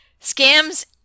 Scams